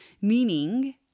Meaning